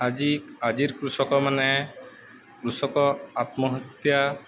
ଆଜି ଆଜି କୃଷକମାନେ କୃଷକ ଆତ୍ମହତ୍ୟା